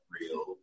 real